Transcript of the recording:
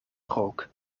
rook